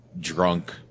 drunk